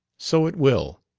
so it will.